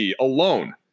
alone